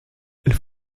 elles